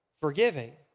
forgiving